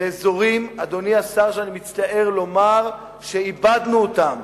באזורים שאני מצטער לומר שאיבדנו אותם.